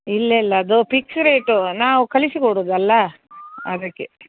ಇಲ್ಲ ಇಲ್ಲ ಅದು ಫಿಕ್ಸ್ ರೇಟು ನಾವು ಕಳಿಸಿಕೊಡುದಲ್ಲ ಅದಕ್ಕೆ